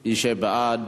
מי שבעד,